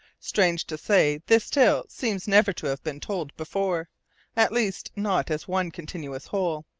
strange to say, this tale seems never to have been told before at least, not as one continuous whole.